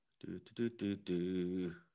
Do-do-do-do-do